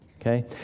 Okay